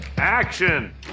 action